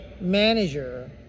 manager